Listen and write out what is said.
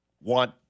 want